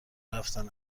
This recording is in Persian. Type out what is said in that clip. رفتن